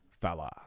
fella